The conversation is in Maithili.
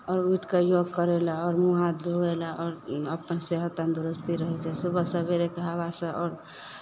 आओर उठि कऽ योग करय लेल आओर मुँह हाँथ धोअय लए आओर अपन सेहत तन्दुरुस्ती रहै छै सुबह सवेरेके हवासँ आओर